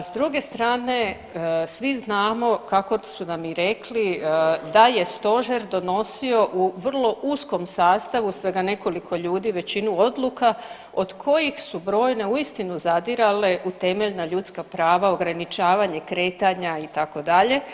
A s druge strane svi znamo kako su nam i rekli da je Stožer donosio u vrlo uskom sastavu, svega nekoliko ljudi većinu odluka od kojih su brojne uistinu zadirale u temeljna ljudska prava, ograničavanje kretanja itd.